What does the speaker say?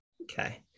Okay